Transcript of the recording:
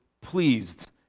pleased